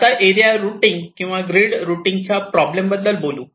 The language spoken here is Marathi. तर आता एरिया रूटिंग किंवा ग्रीड रूटिंगच्या प्रॉब्लेम बद्दल बोलू